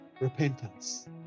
repentance